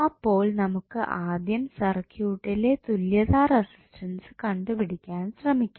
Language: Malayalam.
അപ്പോൾ നമുക്ക് ആദ്യം സർക്യൂട്ടിലെ തുല്യത റെസിസ്റ്റൻസ് കണ്ടുപിടിക്കാൻ ശ്രമിക്കാം